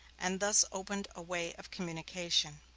and thus opened a way of communication.